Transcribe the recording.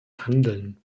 handeln